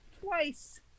Twice